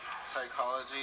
Psychology